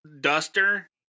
duster